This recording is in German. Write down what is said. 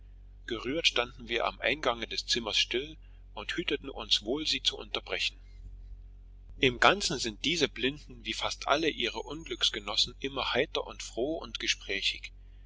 gerührt standen wir am eingange des zimmers still und hüteten uns wohl sie zu unterbrechen im ganzen sind diese blinden wie fast alle ihre unglücksgenossen immer heiter und froh und gesprächig